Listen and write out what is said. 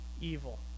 evil